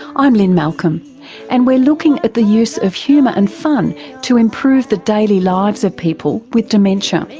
i'm lynne malcolm and we're looking at the use of humour and fun to improve the daily lives of people with dementia. um yeah